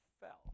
fell